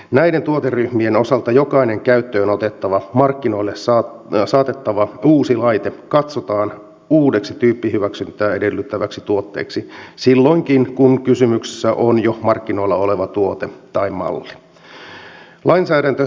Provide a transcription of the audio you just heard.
näiden tuoteryhmien osalta jokainen käyttöön otettava markkinoille saatettava uusi laite katsotaan uudeksi tyyppihyväksyntää edellyttäväksi tuotteeksi silloinkin kun kysymyksessä on jo markkinoilla oleva tuote tai malli